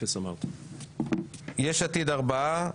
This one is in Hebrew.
יש עתיד ארבעה,